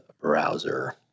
browser